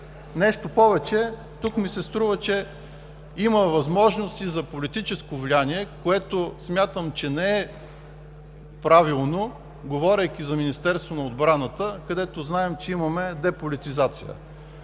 Нещо повече, тук ми се струва, че има възможност и за политическо влияние, което смятам, че не е правилно, говорейки за Министерство на отбраната, където знаем, че имаме деполитизация.